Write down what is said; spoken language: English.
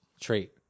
trait